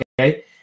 okay